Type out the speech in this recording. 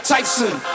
Tyson